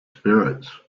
spirits